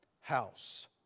house